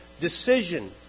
decision